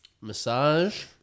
Massage